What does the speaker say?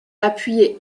appuyée